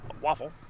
waffle